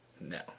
No